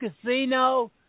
casino